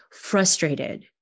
frustrated